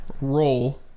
roll